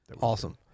Awesome